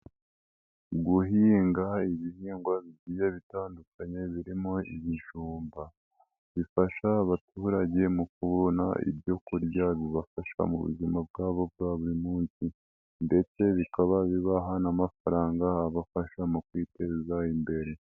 Guhinga ibihingwa bigiye bitandukanye birimo ibijumba bifasha abaturage mu kubona ibyo kurya bibafasha mu buzima bwabo bwa buri munsi, ndetse bikaba bibaha n'amafaranga abafasha mu kwiteza imbere.